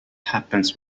happens